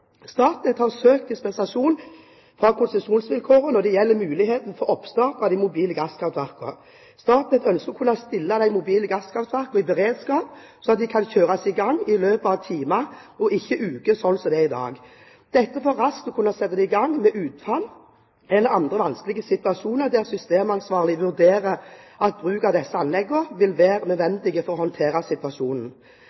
gjelder muligheten for oppstart av de mobile gasskraftverkene. Statnett ønsker å kunne stille de mobile gasskraftverkene i beredskap, slik at de kan kjøres i gang i løpet av timer og ikke uker, slik det er i dag – dette for raskt å kunne sette dem i gang ved utfall eller andre vanskelige situasjoner der systemansvarlig vurderer at bruk av disse anleggene vil være